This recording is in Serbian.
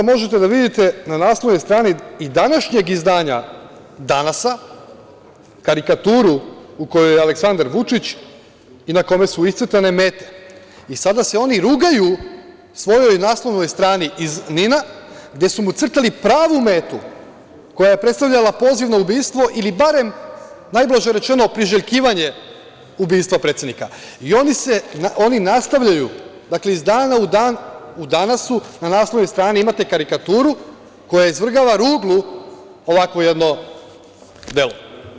Možete da vidite na naslovnoj strani i današnjeg izdanja „Danasa“ karikaturu u kojoj je Aleksandar Vučić i na kome su iscrtane mete i sada se oni rugaju svojoj naslovnoj strani iz „NIN-a“, gde su mu crtali pravu metu koja je predstavljala pozivno ubistvo ili barem najblaže rečeno priželjkivanje ubistva predsednika i oni nastavljaju iz dana u dan u „Danasu“ na naslovnoj strani imate karikaturu koja izvrgava ruglu ovakvo jedno delo.